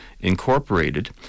Incorporated